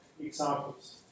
examples